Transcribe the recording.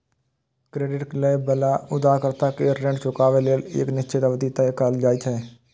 credit लए बला उधारकर्ता कें ऋण चुकाबै लेल एक निश्चित अवधि तय कैल जाइ छै